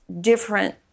different